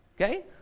Okay